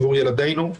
עבור ילדינו;